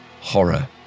Horror